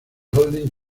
holding